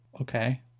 okay